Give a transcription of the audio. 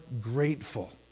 grateful